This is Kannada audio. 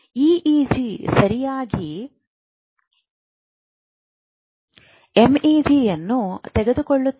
ಇಇಜಿ ಸರಿಯಾದ ಎಂಇಜಿಯನ್ನು ತೆಗೆದುಕೊಳ್ಳುತ್ತದೆ